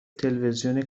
تلویزیون